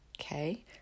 Okay